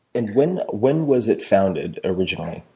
and when when was it founded originally?